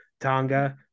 Tonga